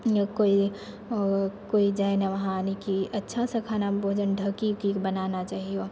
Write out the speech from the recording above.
कोइ कोइ जाइ नहि वहाँ कि यानिकि अच्छासँ खाना भोजन ढकिके बनाना चाहिओ